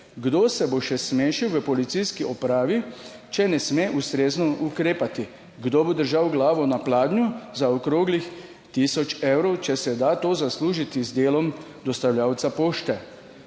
Kdo se bo še smešil v policijski upravi, če ne sme ustrezno ukrepati? Kdo bo držal glavo na pladnju za okroglih tisoč evrov, če se da to zaslužiti z delom dostavljavca pošte?